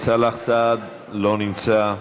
סאלח סעד, לא נמצא,